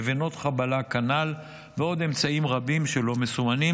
ולבנות חבלה כנ"ל ועוד אמצעים רבים שלא מסומנים.